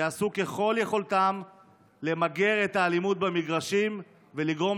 יעשו ככל יכולתם כדי למגר את האלימות במגרשים ולגרום